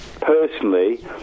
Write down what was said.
personally